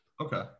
Okay